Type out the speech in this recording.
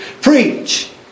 Preach